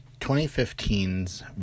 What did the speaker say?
2015's